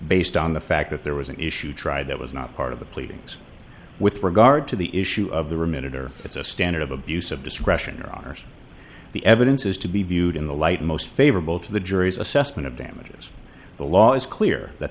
based on the fact that there was an issue tried that was not part of the pleadings with regard to the issue of the remitted or it's a standard of abuse of discretion or honors the evidence is to be viewed in the light most favorable to the jury's assessment of damages the law is clear that